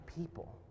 people